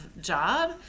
job